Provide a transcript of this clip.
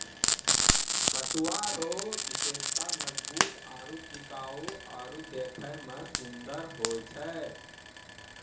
पटुआ रो विशेषता मजबूत आरू टिकाउ आरु देखै मे सुन्दर होय छै